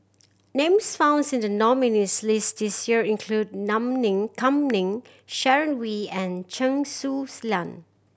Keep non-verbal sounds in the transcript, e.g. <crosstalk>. names founds in the nominees' list this year include Nam Ning Kam Ning Sharon Wee and Chen Su <unintelligible> Lan